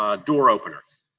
ah door openers.